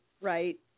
Right